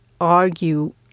argue